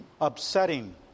upsetting